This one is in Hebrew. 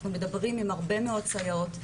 אנחנו מדברים עם הרבה מאוד סייעות,